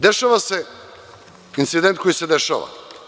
Dešava se incident koji se dešava.